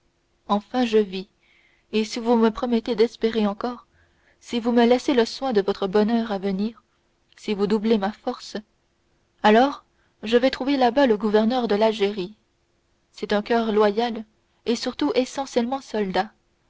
enfin je vis si vous me promettez d'espérer encore si vous me laissez le soin de votre bonheur à venir vous doublez ma force alors je vais trouver là-bas le gouverneur de l'algérie c'est un coeur loyal et surtout essentiellement soldat